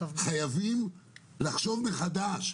חייבים לחשוב מחדש,